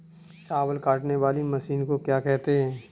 चावल काटने वाली मशीन को क्या कहते हैं?